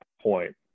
point